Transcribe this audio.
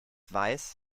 weiß